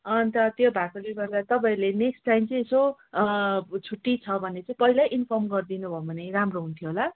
अन्त त्यो भएकोले गर्दा तपाईँले नेक्स्ट टाइम चाहिँ यसो छुट्टी छ भने चाहिँ पहिल्यै इन्फर्म गरिदिनु भयो भने राम्रो हुन्थ्यो होला